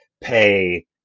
pay